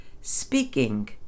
speaking